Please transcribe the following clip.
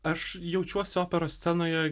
aš jaučiuosi operos scenoje